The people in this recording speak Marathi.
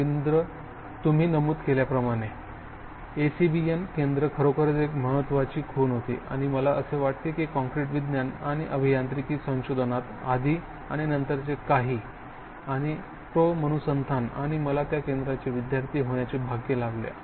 रवींद्र तुम्ही नमूद केल्याप्रमाणे ACBM केंद्र खरोखरच एक महत्त्वाची खूण होती आणि मला असे वाटते की कॉंक्रिट विज्ञान आणि अभियांत्रिकी संशोधनात आधी आणि नंतरचे काही आणि प्रो मनुसंथानन आणि मला त्या केंद्राचे विद्यार्थी होण्याचे भाग्य लाभले